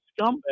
scumbag